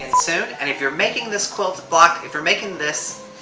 soon, and if you're making this quilt block, if you're making this,